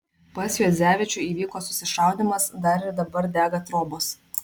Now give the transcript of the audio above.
pas juodzevičių įvyko susišaudymas dar ir dabar dega trobos